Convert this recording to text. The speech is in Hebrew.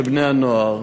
של בני-הנוער.